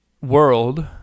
world